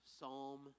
Psalm